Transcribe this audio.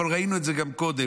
אבל ראינו את זה גם קודם,